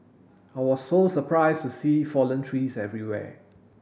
I was so surprised to see fallen trees everywhere